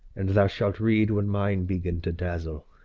and thou shalt read when mine begin to dazzle.